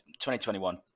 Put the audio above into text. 2021